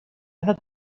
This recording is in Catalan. anat